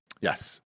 Yes